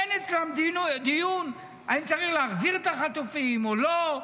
אין אצלם דיון אם צריך להחזיר את החטופים או לא,